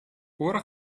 ora